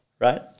right